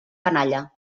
canalla